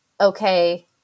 okay